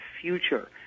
future